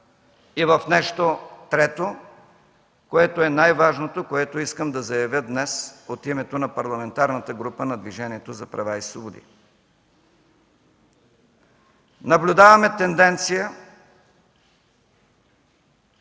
и в нещо трето, което е най-важното, което искам да заявя днес от името на Парламентарната група на Движението за права и свободи. Наблюдаваме тенденция